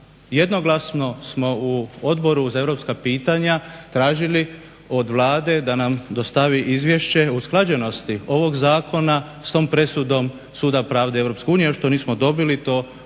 jednoglasno smo u Odboru za europska pitanja tražili od Vlade da nam dostavi izvješće o usklađenosti ovog zakona s tom presudom Suda pravde EU, još to nismo dobili, to